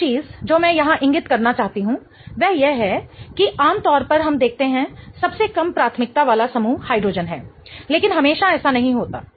एक चीज जो मैं यहां इंगित करना चाहती हूं वह यह है कि आमतौर पर हम देखते हैं सबसे कम प्राथमिकता वाला समूह हाइड्रोजन है लेकिन हमेशा ऐसा नहीं होता है